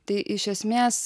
tai iš esmės